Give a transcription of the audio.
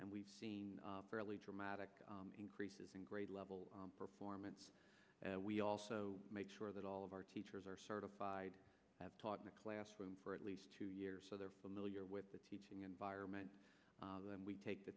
and we've seen fairly dramatic increases in grade level performance we also make sure that all of our teachers are certified have taught in the classroom for at least two years so they're familiar with the teaching environment and we take the